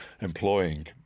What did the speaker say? employing